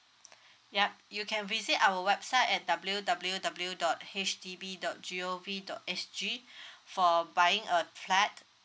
ya you can visit our website at w w w dot H D B dot g o v dot s g for buying a flat